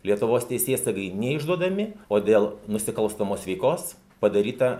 lietuvos teisėsaugai neišduodami o dėl nusikalstamos veikos padaryta